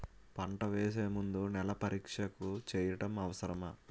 పంట వేసే ముందు నేల పరీక్ష చేయటం అవసరమా?